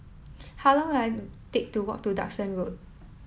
how long will I take to walk to Duxton Road